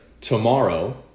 tomorrow